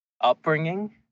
upbringing